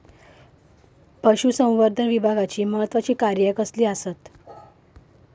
पशुसंवर्धन विभागाची महत्त्वाची कार्या कसली आसत?